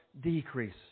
decrease